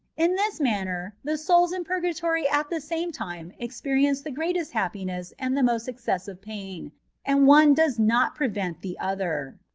in this manner the souls in purgatory at the same time experience the greatest happiness and the most excessive pain and one does not prevent the other.